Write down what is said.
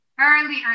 early